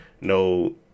no